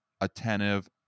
attentive